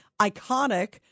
iconic